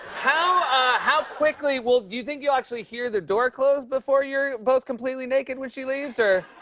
how how quickly well, do you think you'll actually hear the door close before you're both completely naked when she leaves, or?